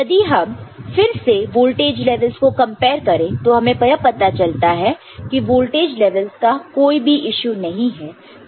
यदि हम फिर से वोल्टेज लेवल्स को कंपेयर करें तो हमें यह पता चलता है कि वोल्टेज लेवल्स का कोई भी यीशु नहीं है